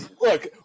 Look